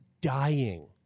dying